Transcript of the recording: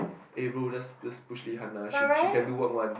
eh bro just just push Lee-Han lah she she can do work one